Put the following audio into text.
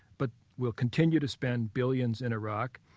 but we'll continue to spend billions in iraq.